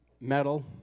Metal